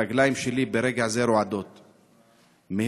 הרגליים שלי ברגע הזה רועדות מהתרגשות,